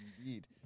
Indeed